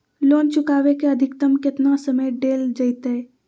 Loan चुकाबे के अधिकतम केतना समय डेल जयते?